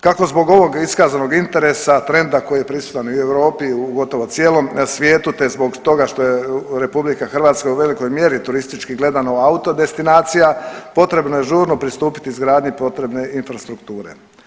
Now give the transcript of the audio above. Kako zbog ovog iskazanog interesa, trenda koji je prisutan i u Europi u gotovo cijelom svijetu te zbog toga što je RH u velikoj mjeri turistički gledano auto destinacija, potrebno je žurno pristupiti izgradnji potrebne infrastrukture.